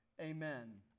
Amen